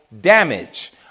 damage